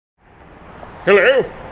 Hello